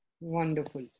Wonderful